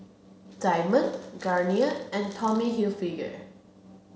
Diamond Garnier and Tommy Hilfiger